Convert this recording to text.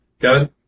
Kevin